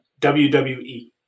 WWE